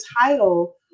title